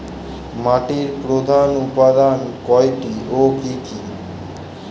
মাটির প্রধান উপাদান কয়টি ও কি কি?